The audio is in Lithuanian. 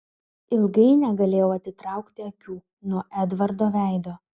ilgai negalėjau atitraukti akių nuo edvardo veido